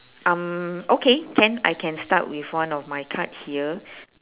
um okay can I can start with one of my card here